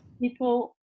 People